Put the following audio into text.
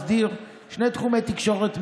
מסדיר שני תחומי תקשורת מרכזיים: